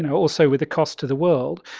and also with a cost to the world.